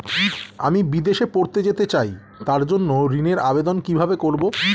আমি বিদেশে পড়তে যেতে চাই তার জন্য ঋণের আবেদন কিভাবে করব?